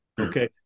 Okay